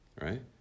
right